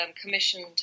commissioned